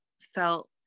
felt